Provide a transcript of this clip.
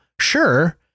sure